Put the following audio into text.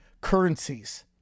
currencies